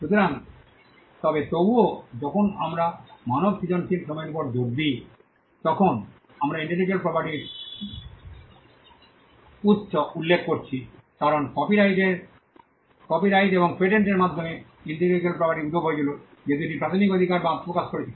সুতরাং তবে তবুও যখন আমরা মানব সৃজনশীল শ্রমের উপর জোর দিই তখন আমরা ইন্টেলেকচুয়াল প্রপার্টির উত্স উল্লেখ করছি কারণ কপিরাইট এবং পেটেন্টের মাধ্যমে ইন্টেলেকচুয়াল প্রপার্টির উদ্ভব হয়েছিল যে দুটি প্রাথমিক অধিকার যা আত্মপ্রকাশ করেছিল